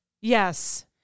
Yes